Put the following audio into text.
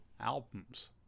albums